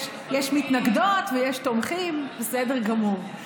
יש מתנגדות ויש תומכים, בסדר גמור.